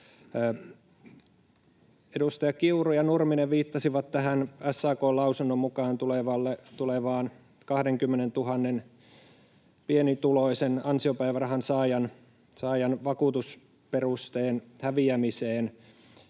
Edustajat Kiuru ja Nurminen viittasivat SAK:n lausunnon mukaan tulevaan 20 000:n pienituloisen ansiopäivärahan saajan vakuutusperusteen häviämiseen.